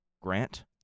Grant